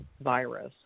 virus